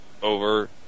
Over